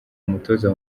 umutoza